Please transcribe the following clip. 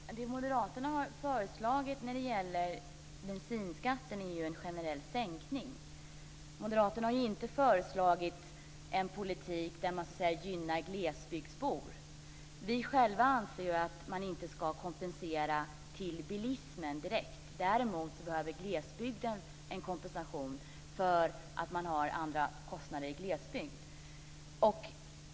Fru talman! Moderaterna har ju förslagit en generell sänkning av bensinskatten. Moderaterna har inte föreslagit en politik där man gynnar glesbygdsbor. Vi anser att man inte ska kompensera till bilismen direkt. Däremot behöver glesbygden en kompensation för att man har andra kostnader där.